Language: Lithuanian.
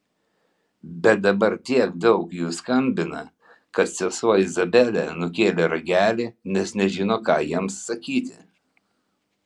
bet dabar tiek daug jų skambina kad sesuo izabelė nukėlė ragelį nes nežino ką jiems sakyti